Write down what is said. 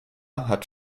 hat